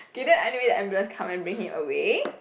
K then anyway the ambulance come and bring him away